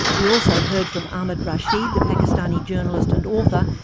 we also heard from ahmed rashid, the pakistani journalist and author,